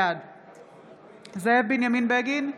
בעד זאב בנימין בגין,